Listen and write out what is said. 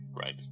Right